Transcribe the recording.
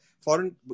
foreign